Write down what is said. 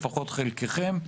לפחות חלקכם,